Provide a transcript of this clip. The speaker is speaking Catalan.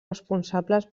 responsables